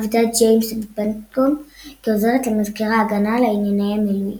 עבדה ג'יימס בפנטגון כעוזרת למזכיר ההגנה לענייני המילואים.